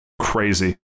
crazy